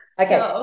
Okay